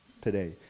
today